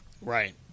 Right